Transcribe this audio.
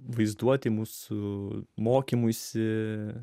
vaizduotei mūsų mokymuisi